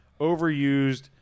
overused